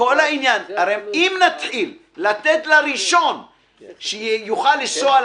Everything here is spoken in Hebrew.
הרי אם נתחיל לתת לראשון שיוכל לנסוע על